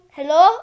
Hello